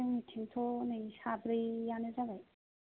जोंनिथिंथ' नै साब्रैयानो जाबाय